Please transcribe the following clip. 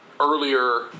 Earlier